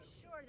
sure